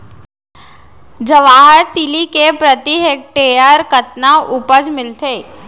जवाहर तिलि के प्रति हेक्टेयर कतना उपज मिलथे?